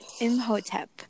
Imhotep